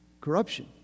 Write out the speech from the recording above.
Corruption